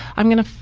i'm going